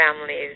families